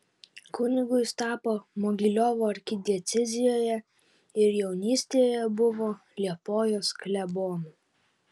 kunigu jis tapo mogiliovo arkidiecezijoje ir jaunystėje buvo liepojos klebonu